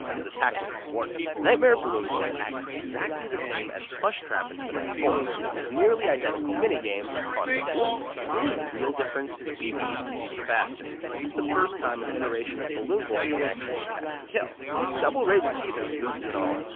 his attack will be thwarted. nightmare balloon boy acts exactly the same as plushtrap in fnaf four, with his nearly identical minigame fun with balloon boy. the only real difference is bb is even faster. this is the first time an iteration of balloon boy can actually attack and kill! his double razor teeth are spooky and all,